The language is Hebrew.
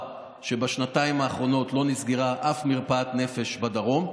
שבשנתיים האחרונות לא נסגרה אף מרפאת נפש בדרום,